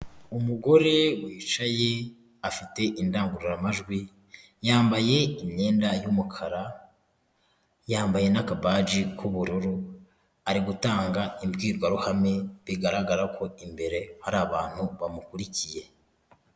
Umugore wicaye afite indangururamajwi, yambaye imyenda yumukara, yambaye n'akabaji k'ubururu ari gutanga imbwirwaruhame bigaragara ko imbere hari abantu bamukurikiye.